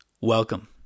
Welcome